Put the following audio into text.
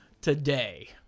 today